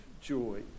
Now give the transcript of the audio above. joy